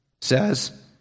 says